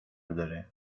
داره